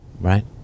Right